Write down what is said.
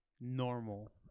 normal